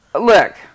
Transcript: Look